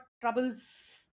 troubles